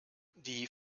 die